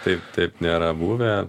taip taip nėra buvę